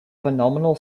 phenomenal